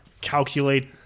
calculate